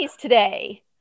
today